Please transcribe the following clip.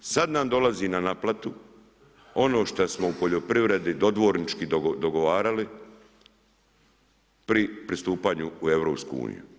Sad nam dolazi na naplatu ono šta smo u poljoprivredi dodvornički dogovarali pri pristupanju u EU.